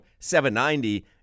790